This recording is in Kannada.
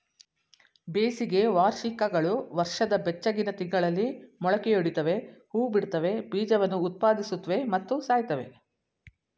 ಬೇಸಿಗೆ ವಾರ್ಷಿಕಗಳು ವರ್ಷದ ಬೆಚ್ಚಗಿನ ತಿಂಗಳಲ್ಲಿ ಮೊಳಕೆಯೊಡಿತವೆ ಹೂಬಿಡ್ತವೆ ಬೀಜವನ್ನು ಉತ್ಪಾದಿಸುತ್ವೆ ಮತ್ತು ಸಾಯ್ತವೆ